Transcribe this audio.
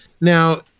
now